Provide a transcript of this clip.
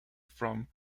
from